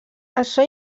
açò